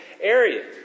area